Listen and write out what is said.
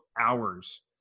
hours